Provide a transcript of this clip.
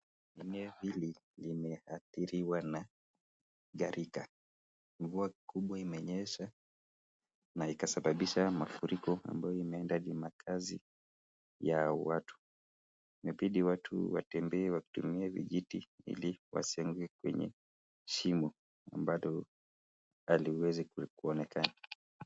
Eneo hili limeathiriwa na gharika. Mvua kubwa imenyesha na ikasababisha mafuriko ambayo imeenda hadi makazi ya watu. Imebidi watu watembee wakitumia vijiti ili wasianguke kwenye shimo ambalo haliwezi kuonekana.